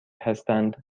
هستند